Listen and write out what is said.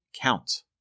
count